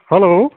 hello